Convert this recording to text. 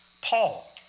Paul